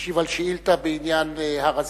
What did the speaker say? משיב על שאילתא בעניין הר-הזיתים,